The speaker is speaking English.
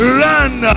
run